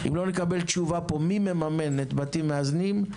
אם לא נקבל תשובה פה מי מממן את בתים מאזנים,